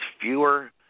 fewer